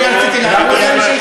אם הגעת מפה לפה,